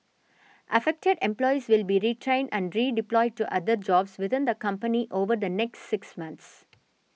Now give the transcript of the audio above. affected employees will be retrained and redeployed to other jobs within the company over the next six months